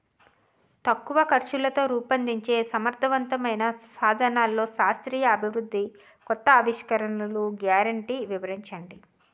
తక్కువ ఖర్చుతో రూపొందించే సమర్థవంతమైన సాధనాల్లో శాస్త్రీయ అభివృద్ధి కొత్త ఆవిష్కరణలు గ్యారంటీ వివరించండి?